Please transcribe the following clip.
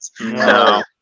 no